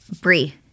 Brie